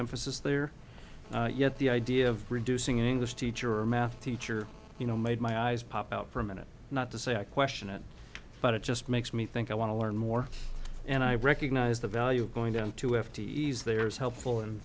emphasis there yet the idea of reducing english teacher or math teacher you know made my eyes pop out for a minute not to say i question it but it just makes me think i want to learn more and i recognize the value of going down to have to ease there is helpful